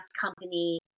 company